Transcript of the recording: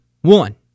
One